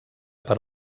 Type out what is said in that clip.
per